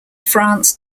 france